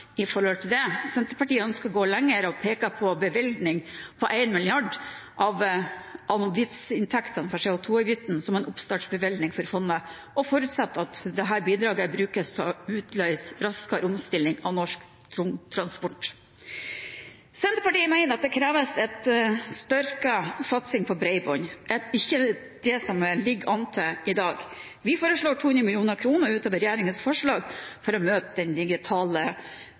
Senterpartiet ønsker å gå lenger og peker på en bevilgning på 1 mrd. kr av avgiftsinntektene fra CO 2 -avgiften som en oppstartsbevilgning til fondet, og vi forutsetter at dette bidraget brukes til å utløse raskere omstilling av norsk tungtransport. Senterpartiet mener det kreves en styrket satsing på bredbånd og ikke det som det ligger an til i dag. Vi foreslår 200 mill. kr utover regjeringens forslag for å møte den digitale